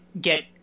get